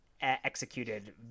executed